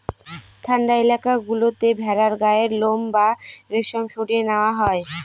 ঠান্ডা এলাকা গুলোতে ভেড়ার গায়ের লোম বা রেশম সরিয়ে নেওয়া হয়